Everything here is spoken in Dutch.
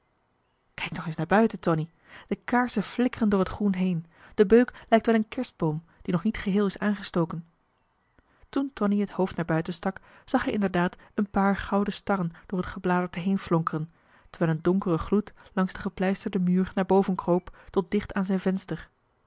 kijk toch eens naar buiten tonie de kaarsen flikkeren door het groen heen de beuk lijkt wel een kerstboom die nog niet geheel is aangestoken toen tonie het hoofd naar buiten stak zag hij inderdaad een paar gouden starren door het gebladerte heenflonkeren terwijl een donkere gloed langs de gepleisterde muur naar boven kroop tot dicht aan zijn venster